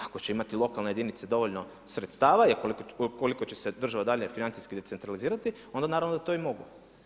Ako će imati lokalne jedinice dovoljno sredstava i koliko će se država dalje financijski decentralizirati onda naravno da to i mogu.